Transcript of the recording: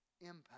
impact